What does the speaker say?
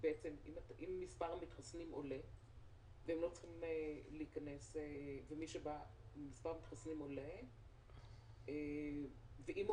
אם מספר המתחסנים עולה ואם הוא